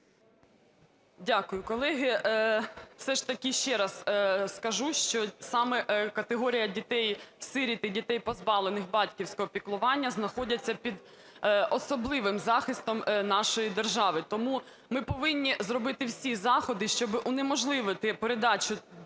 Дякую, колеги. Все ж таки ще раз скажу, що саме категорії дітей-сиріт і дітей, позбавлених батьківського піклування, знаходяться під особливим захистом нашої держави. Тому ми повинні зробити всі заходи, щоби унеможливити передачу дітей-сиріт